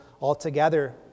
altogether